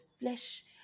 flesh